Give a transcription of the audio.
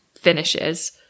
finishes